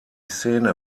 szene